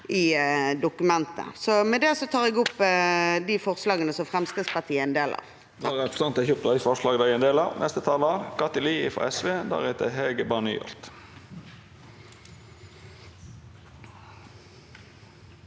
i dokumentet. Med det tar jeg opp de forslagene som Fremskrittspartiet er